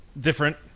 Different